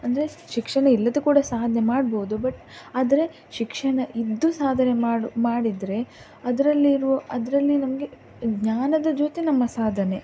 ಅಂದರೆ ಶಿಕ್ಷಣ ಇಲ್ಲದೆ ಕೂಡ ಸಾಧನೆ ಮಾಡ್ಬೋದು ಬಟ್ ಆದರೆ ಶಿಕ್ಷಣ ಇದ್ದು ಸಾಧನೆ ಮಾಡಿ ಮಾಡಿದರೆ ಅದರಲ್ಲಿರುವ ಅದರಲ್ಲಿ ನಮಗೆ ಜ್ಞಾನದ ಜೊತೆ ನಮ್ಮ ಸಾಧನೆ